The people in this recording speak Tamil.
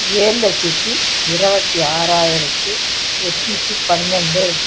ஏழு லட்சத்தி இருவத்தி ஆறாயிரத்தி எண்ணூத்தி பன்னெண்டு